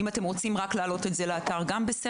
אם אתם רוצים רק להעלות את זה לאתר אז גם בסדר.